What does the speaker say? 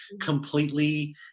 completely